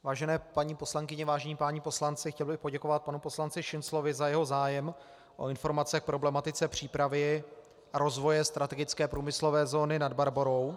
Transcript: Vážené paní poslankyně, vážení páni poslanci, chtěl bych poděkovat panu poslanci Šinclovi za jeho zájem o informace k problematice přípravy a rozvoje strategické průmyslové zóny Nad Barborou.